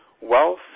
Wealth